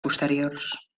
posteriors